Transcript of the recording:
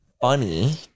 funny